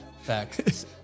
Facts